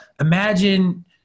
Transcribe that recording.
imagine